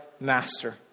master